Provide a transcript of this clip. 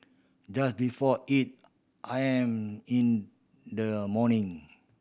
just before eight I am in the morning